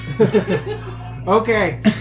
Okay